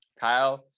Kyle